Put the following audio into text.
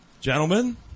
Gentlemen